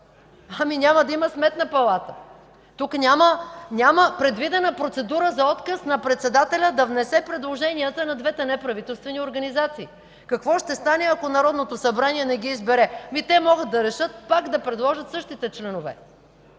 Ами, няма да има Сметна палата. Тук няма предвидена процедура за отказ на председателя да внесе предложенията на двете неправителствени организации. Какво ще стане, ако Народното събрание не ги избере? Те могат да решат да предложат пак същите членове